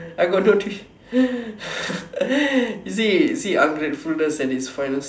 I got no see see ungratefulness at it's